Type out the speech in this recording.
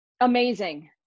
amazing